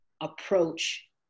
approach